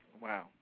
Wow